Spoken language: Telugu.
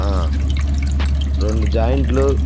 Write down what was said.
రెండు జాయింట్లు